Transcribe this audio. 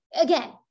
again